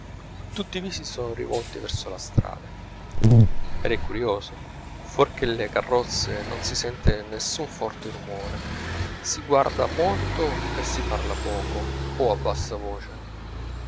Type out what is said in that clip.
tutti i visi sono rivolti verso la strada ed è curioso fuor che le carrozze non si sente nessun forte rumore si guarda molto e si parla poco o a bassa voce